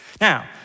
Now